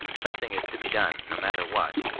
something is to be done, no matter what,